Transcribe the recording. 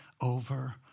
over